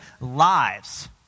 lives